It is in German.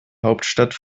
hauptstadt